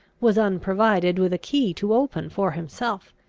was unprovided with a key to open for himself.